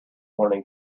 learning